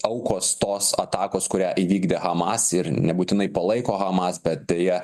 aukos tos atakos kurią įvykdė hamas ir nebūtinai palaiko hamas bet jie